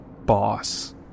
boss